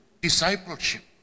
discipleship